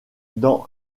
dans